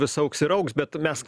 vis augs ir augs bet mes